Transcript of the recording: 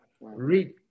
Read